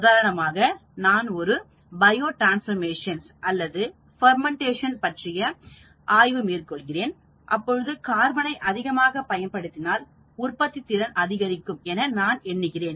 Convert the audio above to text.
உதாரணமாக நான் ஒரு ட்ரான்ஸ்வமெஷன் அல்லது நொதித்தல் எதிர்வினை பற்றிய ஆய்வு மேற்கொள்கிறேன் அப்பொழுது கார்பனை அதிகமாக பயன்படுத்தினால் உற்பத்தி திறன் அதிகரிக்கும் என நான் எண்ணுகிறேன்